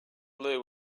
blue